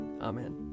Amen